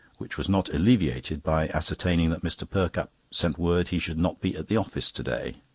which was not alleviated by ascertaining that mr. perkupp sent word he should not be at the office to-day.